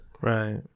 Right